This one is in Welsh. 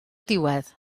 diwedd